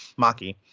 Maki